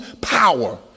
power